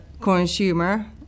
consumer